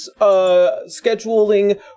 scheduling